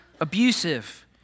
abusive